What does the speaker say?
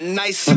nice